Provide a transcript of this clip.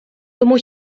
тому